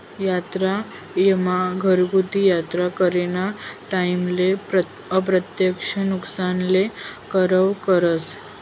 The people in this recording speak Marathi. यात्रा ईमा घरगुती यात्रा कराना टाईमले अप्रत्यक्ष नुकसानले कवर करस